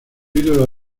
ídolo